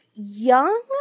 young